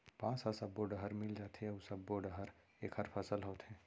बांस ह सब्बो डहर मिल जाथे अउ सब्बो डहर एखर फसल होथे